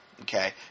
Okay